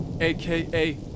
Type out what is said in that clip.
aka